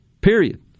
Period